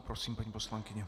Prosím, paní poslankyně.